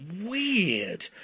weird